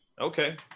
Okay